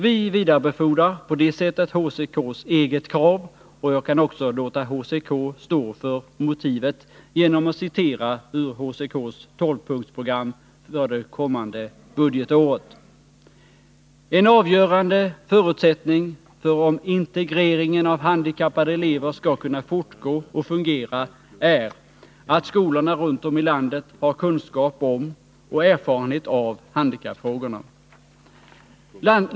Vi vidarebefordrar på det sättet HCK:s eget krav, och jag kan också låta HCK stå för motivet genom att citera ur HCK:s 12-punktsprogram inför det kommande budgetåret: ”En avgörande förutsättning för om integreringen av handikappade elever skall kunna fortgå och fungera är, att skolorna runt om i landet har kunskap om och erfarenhet av handikappfrågorna.